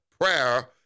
prayer